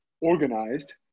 organized